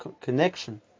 connection